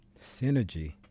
Synergy